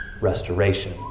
Restoration